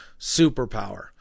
superpower